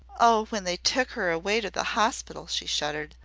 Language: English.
oh, when they took her away to the hospital! she shuddered.